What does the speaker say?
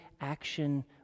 action